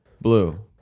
Blue